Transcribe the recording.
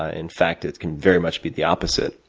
ah in fact, it can very much be the opposite,